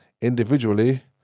individually